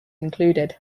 included